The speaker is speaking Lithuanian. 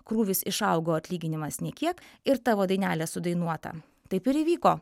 krūvis išaugo o atlyginimas nė kiek ir tavo dainelė sudainuota taip ir įvyko